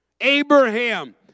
Abraham